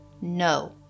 No